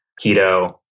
keto